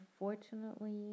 unfortunately